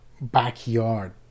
backyard